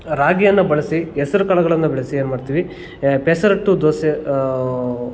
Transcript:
ರಾಗಿಯನ್ನು ಬಳಸಿ ಹೆಸರು ಕಾಳುಗಳನ್ನು ಬಳಸಿ ಏನು ಮಾಡ್ತೀವಿ ಪೆಸರಟ್ಟು ದೋಸೆ